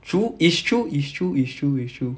true it's true it's true it's true it's true